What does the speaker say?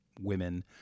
women